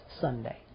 Sunday